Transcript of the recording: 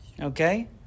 okay